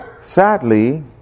Sadly